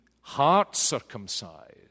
heart-circumcised